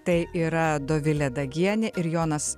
tai yra dovilė dagienė ir jonas